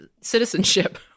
citizenship